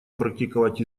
практиковать